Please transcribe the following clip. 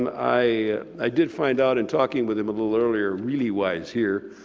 i i did find out in talking with him a little earlier really why he's here.